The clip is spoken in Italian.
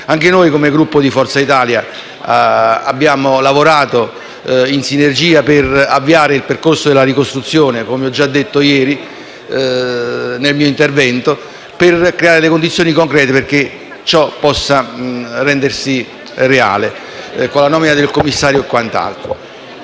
Anche noi, come Gruppo Forza Italia, abbiamo lavorato in sinergia per avviare il percorso della ricostruzione, come ho già detto ieri nel mio intervento, al fine di creare le condizioni concrete affinché ciò possa essere reale, con la nomina del commissario e quant'altro.